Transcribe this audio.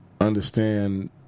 understand